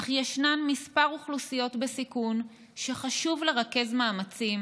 אך ישנן כמה אוכלוסיות בסיכון שחשוב לרכז מאמצים